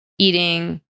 eating